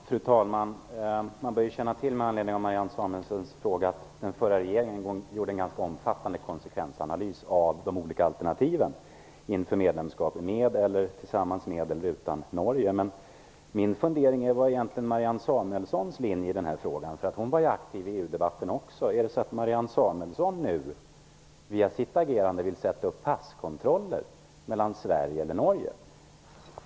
Fru talman! Med anledning av Marianne Samuelssons fråga bör man känna till att den förra regeringen gjorde en ganska omfattande konsekvensanalys av de olika alternativen medlemskap tillsammans med eller utan Norge. Min fundering är vad Marianne Samuelssons linje är i den här frågan. Hon var ju också aktiv i EU debatten. Är det så att Marianne Samuelsson nu genom sitt agerande vill upprätta passkontroller mellan Sverige och Norge?